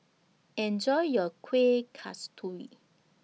Enjoy your Kueh Kasturi